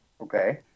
Okay